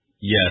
Yes